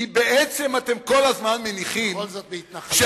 כי בעצם אתם כל הזמן מניחים שאני